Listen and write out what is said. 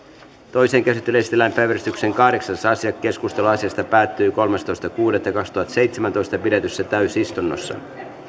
toiseen käsittelyyn esitellään päiväjärjestyksen kahdeksas asia keskustelu asiasta päättyi kolmastoista kuudetta kaksituhattaseitsemäntoista pidetyssä täysistunnossa